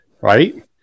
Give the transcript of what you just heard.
right